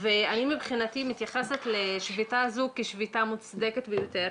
אני מתייחסת לשביתה הזאת כשביתה מוצדקת ביותר.